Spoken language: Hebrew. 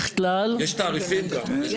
--- יש תעריפים גם.